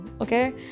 Okay